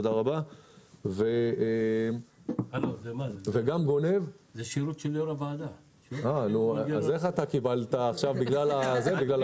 גילנו שיש המון חברות פיראטיות שבעבר החברה ניתקה אותן ודווקא הממשלה,